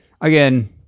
again